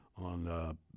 on